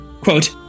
Quote